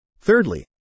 Thirdly